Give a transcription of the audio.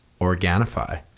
organifi